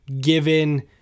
given